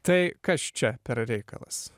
tai kas čia per reikalas